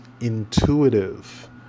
intuitive